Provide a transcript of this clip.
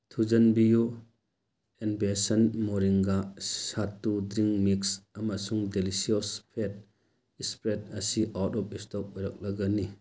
ꯊꯨꯖꯟꯕꯤꯌꯨ ꯑꯦꯟꯚꯦꯁꯟ moringa stew drink mix ꯑꯃꯁꯨꯡ delicious fat spread ꯑꯁꯤ ꯑꯥꯎꯠ ꯑꯣꯐ ꯏꯁꯇꯣꯛ ꯑꯣꯏꯔꯛꯂꯒꯅꯤ